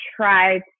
try